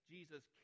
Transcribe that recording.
Jesus